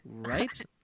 Right